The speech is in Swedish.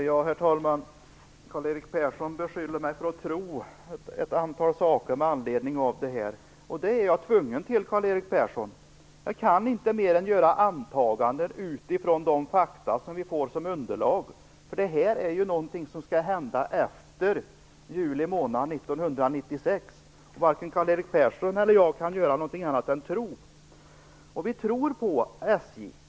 Herr talman! Karl-Erik Persson beskyller mig för att tro ett antal saker med anledning av detta, och det är jag tvungen till, Karl-Erik Persson. Jag kan inte mer än göra antaganden utifrån de fakta som vi får som underlag. Det här är ju någonting som skall hända efter juli månad 1996, och varken Karl-Erik Persson eller jag kan göra någonting annat än tro. Vi tror på SJ.